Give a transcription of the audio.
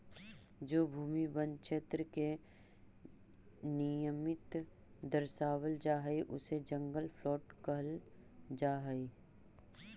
जो भूमि वन क्षेत्र के निमित्त दर्शावल जा हई उसे जंगल प्लॉट कहल जा हई